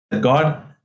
God